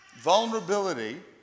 Vulnerability